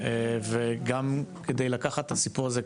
וגם כדי לקחת את הסיפור הזה,